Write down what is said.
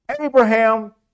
Abraham